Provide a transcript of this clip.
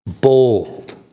Bold